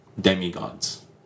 demigods